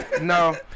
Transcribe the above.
no